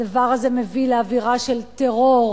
הדבר הזה מביא לאווירה של טרור,